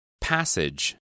Passage